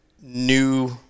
new